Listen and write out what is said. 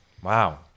Wow